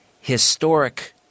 historic